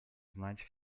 знать